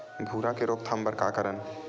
भूरा के रोकथाम बर का करन?